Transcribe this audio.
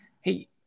Hey